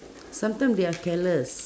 sometimes they are careless